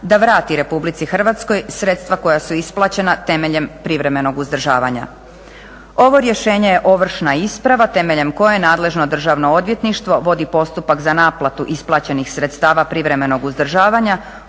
da vrati Republici Hrvatskoj sredstva koja su isplaćena temeljem privremenog uzdržavanja. Ovo rješenje je ovršna isprava temeljem koje nadležno državno odvjetništvo vodi postupak za naplatu isplaćenih sredstava privremenog uzdržavanja